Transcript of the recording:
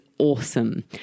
Awesome